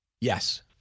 Yes